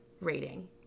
rating